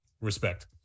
Respect